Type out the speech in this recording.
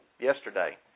yesterday